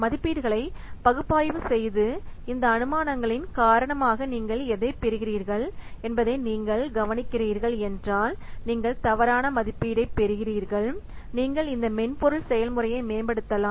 மதிப்பீடுகளை பகுப்பாய்வு செய்து இந்த அனுமானங்களின் காரணமாக நீங்கள் எதைப் பெறுகிறீர்கள் என்பதை நீங்கள் கவனிக்கிறீர்கள் என்றால் நீங்கள் தவறான மதிப்பீடுகளைப் பெறுகிறீர்கள் நீங்கள் இந்த மென்பொருள் செயல்முறையை மேம்படுத்தலாம்